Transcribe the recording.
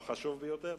הוא החשוב ביותר.